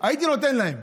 הייתי נותן להם.